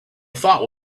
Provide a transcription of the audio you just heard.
thought